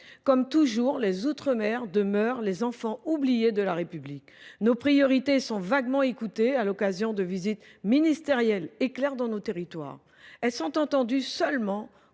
Comme toujours, les outre mer sont les enfants oubliés de la République. Nos priorités sont vaguement écoutées à l’occasion de visites ministérielles éclair dans nos territoires. Elles sont entendues seulement